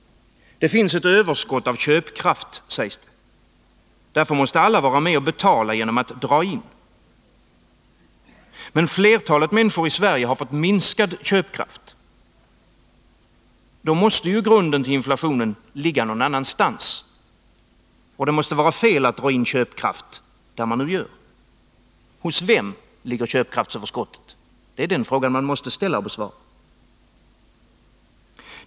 Det finns ett överskott av köpkraft, sägs det. Därför måste alla vara med och betala genom att dra in. Men flertalet människor i Sverige har fått minskad köpkraft. Då måste ju grunden till inflationen ligga någon annanstans, och det måste vara fel att dra in köpkraft där man nu gör det. Hos vem ligger köpkraftsöverskottet? Det är den fråga som måste ställas och besvaras.